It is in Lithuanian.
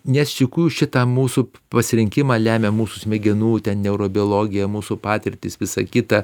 nes juk šitą mūsų pasirinkimą lemia mūsų smegenų neurobiologija mūsų patirtys visa kita